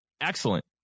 excellent